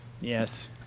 Yes